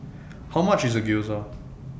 How much IS Gyoza